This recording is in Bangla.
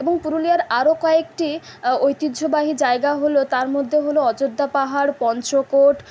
এবং পুরুলিয়ার আরও কয়েকটি ঐতিহ্যবাহী জায়গা হল তার মধ্যে হল অযোধ্যা পাহাড় পঞ্চকোট